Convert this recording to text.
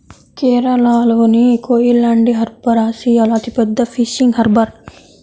కేరళలోని కోయిలాండి హార్బర్ ఆసియాలో అతిపెద్ద ఫిషింగ్ హార్బర్